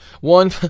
One